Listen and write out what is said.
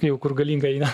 jau kur galinga eina